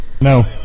No